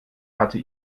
hatte